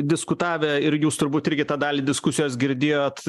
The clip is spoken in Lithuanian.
diskutavę ir jūs turbūt irgi tą dalį diskusijos girdėjot